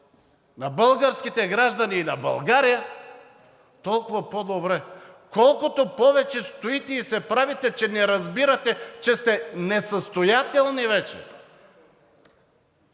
на българските граждани и на България, толкова по-добре. Колкото повече стоите и се правите, че не разбирате, че сте несъстоятелни вече,